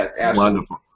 Wonderful